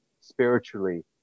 spiritually